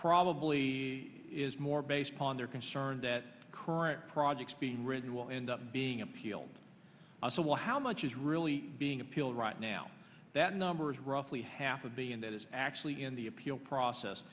probably is more based upon their concern that current projects being written will end up being appealed so why how much is really being appealed right now that number is roughly half of the and that is actually in the appeal process